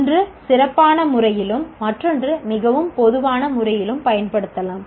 ஒன்று சிறப்பான முறையிலும் மற்றொன்று மிகவும் பொதுவானமுறையிலும் பயன்படுத்தப்படலாம்